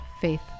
faith